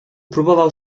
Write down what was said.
próbował